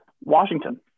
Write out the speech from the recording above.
Washington